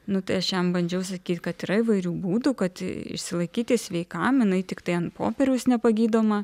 nu tai aš jam bandžiau sakyt kad yra įvairių būdų kad išsilaikyti sveikam jinai tiktai ant popieriaus nepagydoma